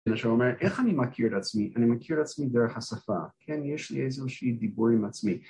אומר איך אני מכיר את עצמי? אני מכיר את עצמי דרך השפה, כן יש לי איזשהו דיבור עם עצמי